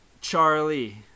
Charlie